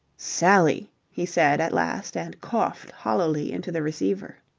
sally, he said at last, and coughed hollowly into the receiver.